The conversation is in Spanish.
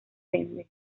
vende